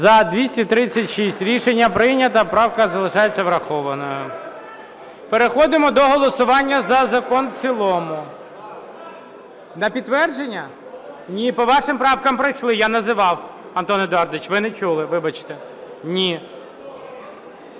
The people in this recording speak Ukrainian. За-236 Рішення прийнято. Правка залишається врахованою. Переходимо до голосування за закон в цілому. На підтвердження? Ні, по вашим правкам пройшли, я називав, Антон Едуардович, ви не чули. Вибачте. Ні.